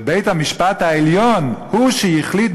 ובית-המשפט העליון הוא שהחליט,